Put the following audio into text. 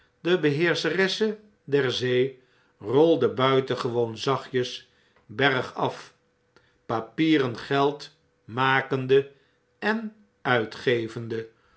de beheerscheresse der zee rolde buitengewoon zachtjes bergaf papierengeld makende en uitgevende